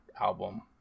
album